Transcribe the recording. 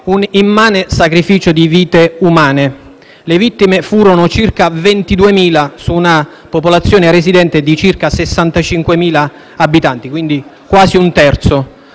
un immane sacrificio di vite umane. Le vittime furono circa 22.000 su una popolazione residente di circa 65.000 abitanti, quindi quasi un terzo.